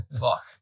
Fuck